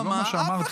זה לא מה שאמרתי.